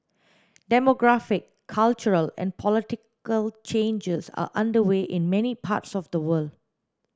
demographic cultural and political changes are underway in many parts of the world